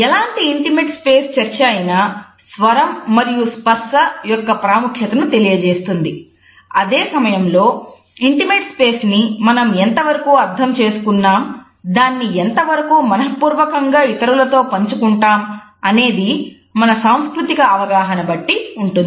ఎలాంటి intimate space మనం ఎంతవరకు అర్థం చేసుకున్నాం దాన్ని ఎంతవరకూ మనఃపుర్వకముగా ఇతరులతో పంచుకుంటాం అన్నది మన సాంస్కృతిక అవగాహన బట్టి ఉంటుంది